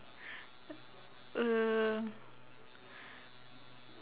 err